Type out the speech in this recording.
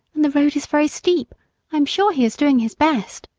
and the road is very steep i am sure he is doing his best.